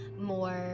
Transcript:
more